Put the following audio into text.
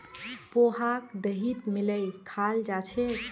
पोहाक दहीत मिलइ खाल जा छेक